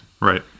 Right